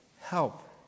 help